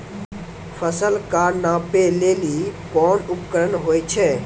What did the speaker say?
फसल कऽ नापै लेली कोन उपकरण होय छै?